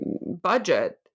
budget